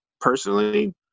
personally